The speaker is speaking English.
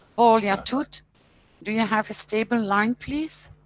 paul yatoute do you have a stable line please?